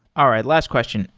all right, last question.